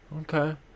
Okay